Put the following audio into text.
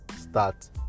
start